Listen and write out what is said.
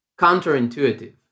counterintuitive